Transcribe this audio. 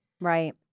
Right